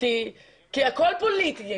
הכול פוליטי.